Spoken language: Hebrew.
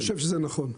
אני חושב שזה נכון.